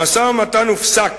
המשא-ומתן הופסק.